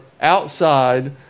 outside